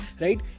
right